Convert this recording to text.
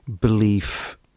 belief